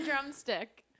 drumstick